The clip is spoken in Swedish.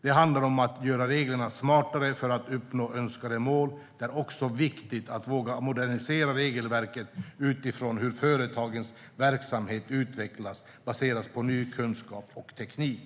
Det handlar om att göra reglerna smartare för att uppnå önskade mål. Det är också viktigt att våga modernisera regelverk utifrån hur företagens verksamhet utvecklas baserat på ny kunskap och ny teknik.